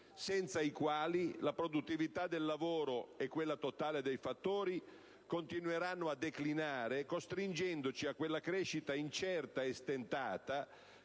senza i quali la produttività del lavoro e quella totale dei fattori continueranno a declinare, costringendoci a quella crescita incerta e stentata